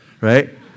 right